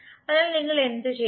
അതിനാൽ നിങ്ങൾ എന്തുചെയ്യണം